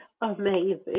Amazing